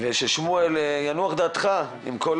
ושתנוח דעתו של שמואל עם כל